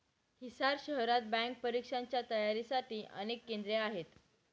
हिसार शहरात बँक परीक्षांच्या तयारीसाठी अनेक केंद्रे आहेत